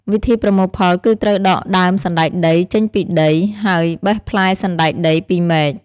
វិធីប្រមូលផលគឺត្រូវដកដើមសណ្តែកដីចេញពីដី ហើយបេះផ្លែសណ្តែកដីពីមែក។